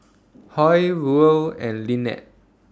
Hoy Ruel and Lynette